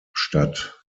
statt